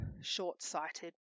short-sighted